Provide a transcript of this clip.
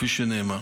כפי שנאמר.